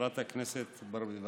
חברת הכנסת ברביבאי,